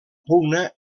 pugna